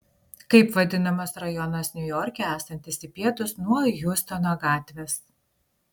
kaip vadinamas rajonas niujorke esantis į pietus nuo hjustono gatvės